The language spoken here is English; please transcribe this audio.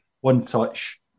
one-touch